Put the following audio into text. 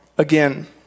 Again